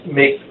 make